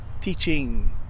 teaching